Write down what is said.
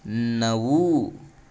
नऊ